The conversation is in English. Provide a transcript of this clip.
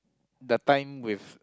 the time with